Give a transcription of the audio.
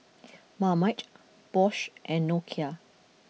Marmite Bosch and Nokia